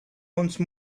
once